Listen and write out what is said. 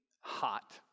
hot